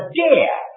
dare